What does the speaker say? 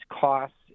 costs